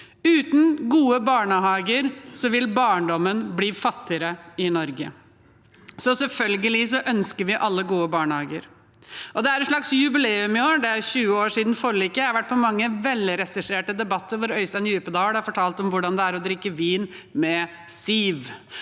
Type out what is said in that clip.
Uten gode barnehager vil barndommen bli fattigere i Norge. Så selvfølgelig ønsker vi alle gode barnehager. Det er et slags jubileum i år. Det er 20 år siden forliket. Jeg har vært på mange velregisserte debatter, hvor Øystein Djupedal har fortalt om hvordan det er å drikke vin med Siv,